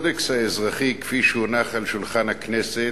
הקודקס האזרחי כפי שהונח על שולחן הכנסת,